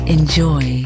Enjoy